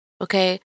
Okay